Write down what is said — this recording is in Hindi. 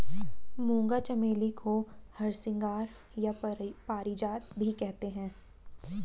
मूंगा चमेली को हरसिंगार या पारिजात भी कहते हैं